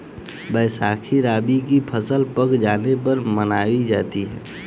बैसाखी रबी की फ़सल पक जाने पर मनायी जाती है